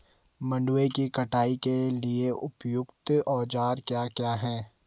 मंडवे की कटाई के लिए उपयुक्त औज़ार क्या क्या हैं?